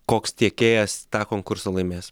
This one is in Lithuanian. koks tiekėjas tą konkursą laimės